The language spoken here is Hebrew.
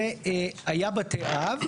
זה היה בתי אב.